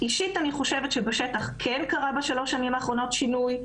אישית אני חושבת שבשטח כן קרה בשלוש השנים האחרונות שינוי.